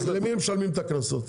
אז למי הם משלמים את הקנסות?